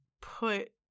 put